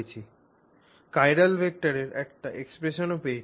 chiral ভেক্টরের একটা এক্সপ্রেশনও পেয়েছি